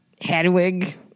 Hadwig